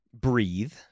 breathe